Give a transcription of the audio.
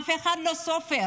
אף אחד לא סופר